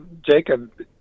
Jacob